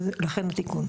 את השם לפרוטוקול.